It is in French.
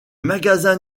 magasins